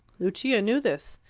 lucia knew this,